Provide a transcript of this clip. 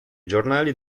giornali